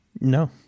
No